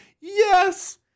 yes